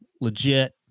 legit